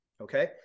okay